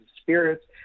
spirits